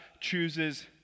chooses